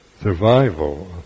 survival